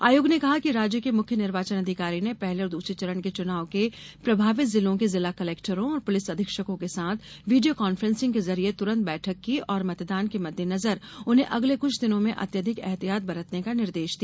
आयोग ने कहा कि राज्य के मुख्य निर्वाचन अधिकारी ने पहले और दूसरे चरण के चुनाव के प्रभावित जिलों के जिला कलेक्टरों और पुलिस अधीक्षकों के साथ वीडियो कॉन्फ्रेसिंग के जरिए तुरंत बैठक की और मतदान के मद्देनजर उन्हें अगले कुछ दिनों में अत्यधिक एहतियात बरतने का निर्देश दिया